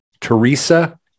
Teresa